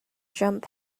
jump